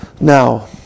Now